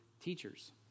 teachers